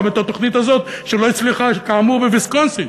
גם את התוכנית הזאת שלא הצליחה כאמור בוויסקונסין.